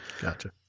Gotcha